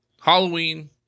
Halloween